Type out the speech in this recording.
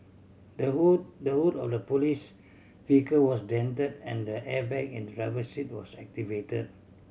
the hood the hood of the police vehicle was dented and the airbag in the driver seat was activate